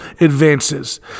advances